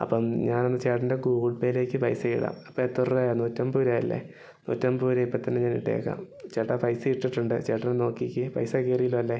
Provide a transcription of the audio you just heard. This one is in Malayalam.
അപ്പം ഞാൻ എന്നാൽ ചേട്ടന്റെ ഗൂഗിൾ പേയിലേക്ക് പൈസ ഇടാം അപ്പം എത്ര രൂപയാണ് നൂറ്റമ്പത് രൂപയല്ലെ നൂറ്റമ്പത് രൂപ ഇപ്പം തന്നെ ഞാനിട്ടേക്കാം ചേട്ടാ പൈസ ഇട്ടിട്ടുണ്ട് ചേട്ടനൊന്ന് നോക്കിക്കെ പൈസ കയറിയല്ലൊ അല്ലേ